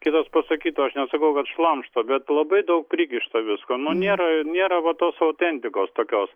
kitas pasakytų aš nesakau kad šlamšto bet labai daug prikišta visko nu nėra nėra va tos autentikos tokios